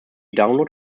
download